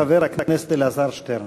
חבר הכנסת אלעזר שטרן.